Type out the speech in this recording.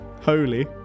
Holy